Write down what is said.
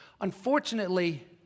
Unfortunately